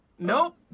Nope